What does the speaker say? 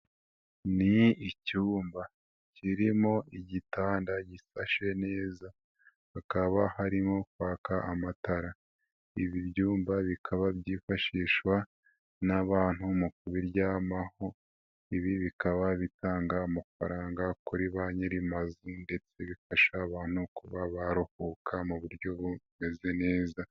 Ni icyumba kirimo igitanda gifasashe neza hakaba harimo kwaka amatara, ibi byumba bikaba byifashishwa n'abantu mu kubiryamaho, ibi bikaba bitanga amafaranga kuri ba nyir'amazu ndetse bifasha abantu kuba baruhuka mu buryo bumeze neza.